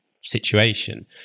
situation